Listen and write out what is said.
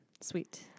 Sweet